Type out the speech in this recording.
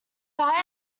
guy